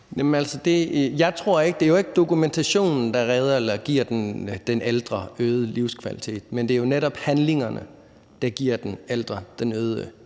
Det er jo ikke dokumentationen, der redder eller giver den ældre øget livskvalitet, men det er jo netop handlingerne, der giver den ældre den øgede livskvalitet.